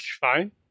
Fine